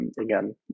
Again